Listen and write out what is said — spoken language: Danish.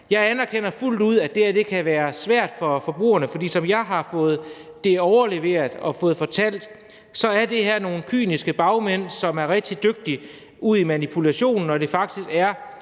Jeg anerkender fuldt ud, at det her kan være svært for forbrugerne, for som jeg har fået det overleveret og fået det fortalt, er det her nogle kyniske bagmænd, som er rigtig dygtige ud i manipulation, og det er faktisk